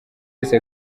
wese